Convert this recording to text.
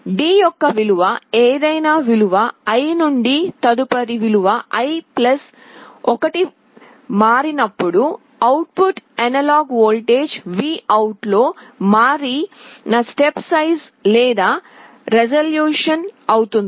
D యొక్క విలువ ఏదైనా విలువ i నుండి తదుపరి విలువ i 1 కు మారినప్పుడు output analog voltage V OUT లో మారిన స్టెప్ సైజు లేదా రిజల్యూషన్ అవుతుంది